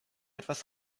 etwas